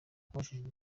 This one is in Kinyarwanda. abajijwe